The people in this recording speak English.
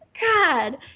God